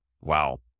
Wow